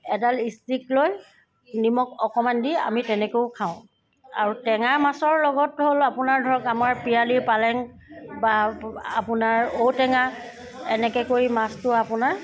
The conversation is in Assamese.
এডাল ষ্টিক লৈ নিমখ অকণমান দি আমি তেনেকেও খাওঁ আৰু টেঙা মাছৰ লগত ধৰি লওক আপোনাৰ ধৰক আমাৰ পিৰালি পালেং বা আপোনাৰ ঔটেঙা এনেকৈ কৰি মাছটো আপোনাৰ